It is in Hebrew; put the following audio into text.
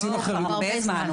הרבה זמן,